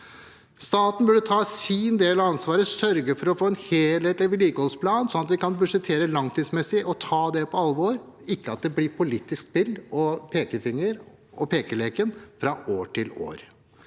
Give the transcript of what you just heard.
Staten burde ta sin del av ansvaret og sørge for å få en helhetlig vedlikeholdsplan, sånn at vi kan budsjettere langsiktig og ta det på alvor – ikke at det blir politisk spill, pekefinger og pekeleken fra år til år.